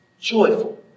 joyful